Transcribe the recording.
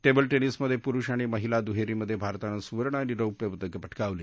table टेनिसमध्ये पुरुष आणि महिला दुहेरीमध्ये भारतानं सुवर्ण आणि रौप्य पदकं पटकावली